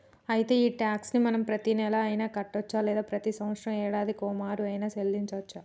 అయితే ఈ టాక్స్ ని మనం ప్రతీనెల అయిన కట్టొచ్చు లేదా ప్రతి సంవత్సరం యాడాదికి ఓమారు ఆయిన సెల్లించోచ్చు